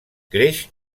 creix